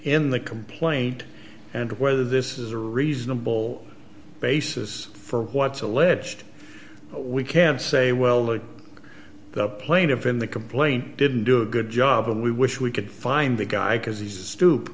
in the complaint and whether this is a reasonable basis for what's alleged we can say well the plaintiff in the complaint didn't do a good job and we wish we could find the guy cause he's a stoop